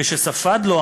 כשספד לו,